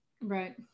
Right